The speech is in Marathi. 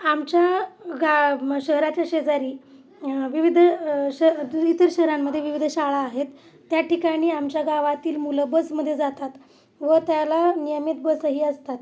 आमच्या गा शहराच्या शेजारी विविध श द इतर शहरांमध्ये विविध शाळा आहेत त्या ठिकाणी आमच्या गावातील मुलं बसमध्ये जातात व त्याला नियमित बसही असतात